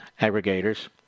aggregators